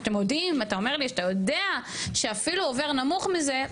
שאתם יודעים אתה אומר לי שאתה יודע שאפילו עובר נמוך מזה.